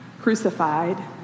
crucified